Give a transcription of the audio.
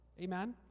Amen